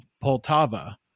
Poltava